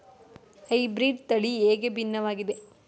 Hybrid ತಳಿ ಹೇಗೆ ಭಿನ್ನವಾಗಿದೆ?